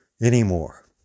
anymore